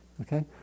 okay